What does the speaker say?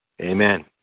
Amen